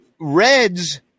Reds